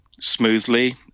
smoothly